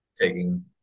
taking